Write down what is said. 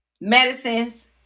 medicines